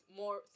more